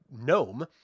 gnome